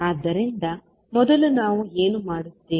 ಆದ್ದರಿಂದ ಮೊದಲು ನಾವು ಏನು ಮಾಡುತ್ತೇವೆ